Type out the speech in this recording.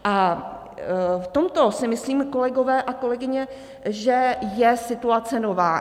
A v tomto si myslím, kolegové a kolegyně, že je situace nová.